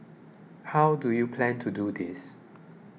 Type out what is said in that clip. how do you plan to do this